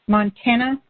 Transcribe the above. Montana